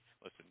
listen